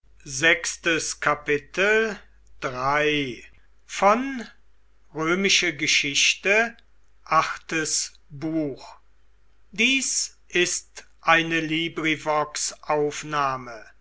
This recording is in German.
sind ist eine